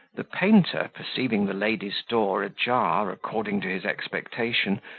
the painter, perceiving the lady's door ajar, according to his expectation,